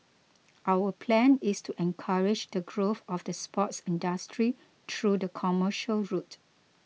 our plan is to encourage the growth of the sports industry through the commercial route